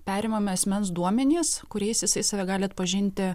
perimami asmens duomenys kuriais jisai save gali atpažinti